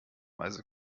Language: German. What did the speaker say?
weise